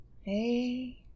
Hey